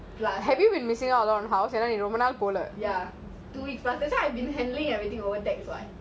plus ya two weeks plus that's why I have been handling everything over text what